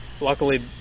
luckily